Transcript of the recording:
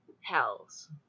hells